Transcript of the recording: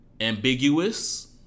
ambiguous